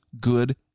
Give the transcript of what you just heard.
good